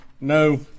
no